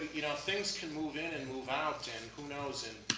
you know, things can move in, and move out and who knows? and